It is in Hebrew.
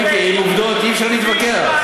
מיקי, עם עובדות אי-אפשר להתווכח.